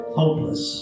hopeless